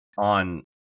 on